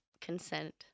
consent